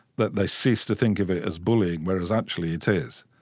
that they cease to think of it as bullying, whereas actually it is.